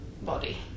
body